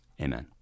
Amen